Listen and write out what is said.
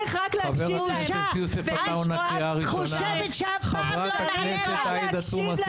בושה חושבת שאף פעם לא נענה לך.